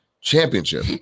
championship